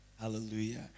Hallelujah